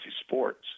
sports